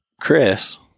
Chris